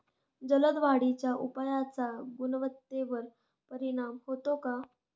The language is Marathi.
जलद वाढीच्या उपायाचा गुणवत्तेवर परिणाम होतो का?